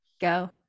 Go